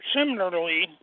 Similarly